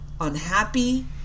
unhappy